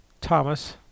Thomas